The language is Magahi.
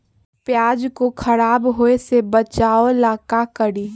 प्याज को खराब होय से बचाव ला का करी?